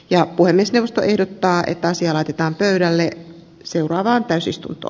ja puhemiesneuvosto ehdottaa että asia laitetaan pöydälle seuraavaan täysistunto